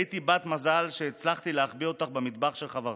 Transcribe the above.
הייתי בת מזל שהצלחתי להחביא אותך במטבח של חברתי.